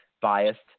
biased